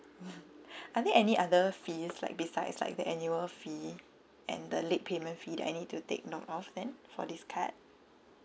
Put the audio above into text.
are there any other fees like besides like the annual fee and the late payment fee that I need to take note of then for this card